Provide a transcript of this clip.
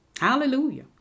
Hallelujah